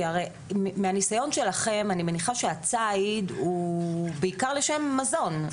כי הרי מהניסיון שלכם אני מניחה שהציד הוא בעיקר לשם מזון,